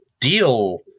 deal